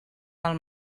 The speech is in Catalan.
del